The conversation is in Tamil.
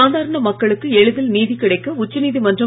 சாதாரண மக்களுக்கு எளிதில் நீதி கிடைக்க உச்சநீதிமன்றம்